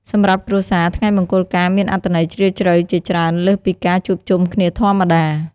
សម្រាប់គ្រួសារ ថ្ងៃមង្គលការមានអត្ថន័យជ្រាលជ្រៅជាច្រើនលើសពីការជួបជុំគ្នាធម្មតា។